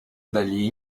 dagli